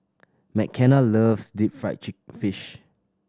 Mckenna loves deep fried fish